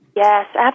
Yes